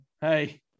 Hey